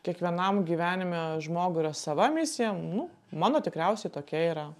kiekvienam gyvenime žmogui yra sava misija nu mano tikriausiai tokia yra